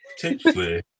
Potentially